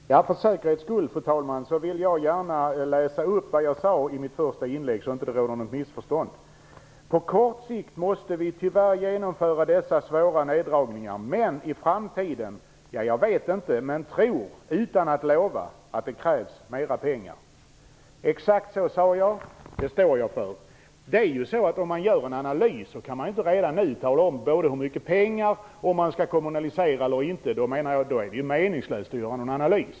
Fru talman! För säkerhets skull vill jag gärna läsa upp vad jag sade i mitt första inlägg, så det inte skall råda något missförstånd: På kort sikt måste vi tyvärr genomföra dessa svåra neddragningar. Jag vet inte, men jag tror utan att lova att det i framtiden kommer att krävas mera pengar. Exakt så sade jag, och det står jag för. Om man gör en analys kan man inte redan nu tala om både hur mycket pengar det är fråga om och om man skall kommunalisera eller inte, och då menar jag att det är meningslöst att göra en sådan.